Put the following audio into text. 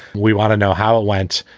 we want to know how it went.